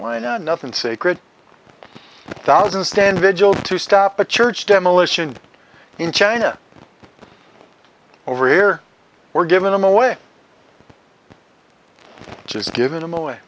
why no nothing sacred thousand stand vigil to stop a church demolition in china over here we're giving them away just giving them a way